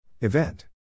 Event